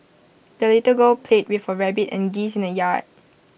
the little girl played with her rabbit and geese in the yard